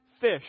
fish